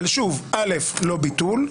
שוב, לא ביטול.